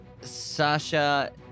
Sasha